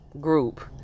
group